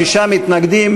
שישה מתנגדים,